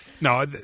No